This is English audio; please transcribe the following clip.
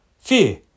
fear